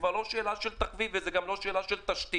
לא שאלה של תחביב וגם לא שאלה של תשתית,